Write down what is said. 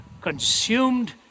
consumed